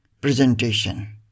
presentation